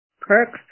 perks